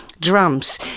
drums